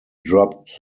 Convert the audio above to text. dropped